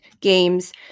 games